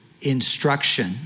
instruction